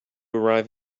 arrive